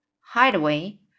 hideaway